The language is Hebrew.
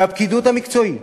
והפקידות המקצועית,